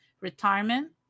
retirement